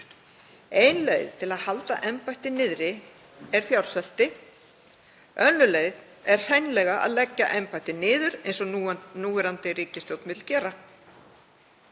Ein leið til að halda embætti niðri er fjársvelti. Önnur leið er hreinlega að leggja embættið niður eins og núverandi ríkisstjórn vill gera.